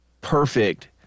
perfect